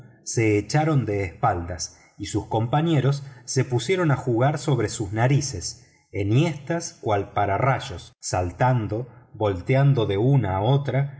se echaron de espaldas y sus compañeros se pusieron a jugar sobre sus narices enhiestas cual pararrayos saltando volteando de una a otra